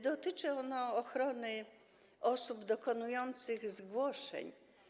Dotyczy ono ochrony osób dokonujących zgłoszeń.